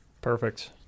Perfect